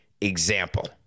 example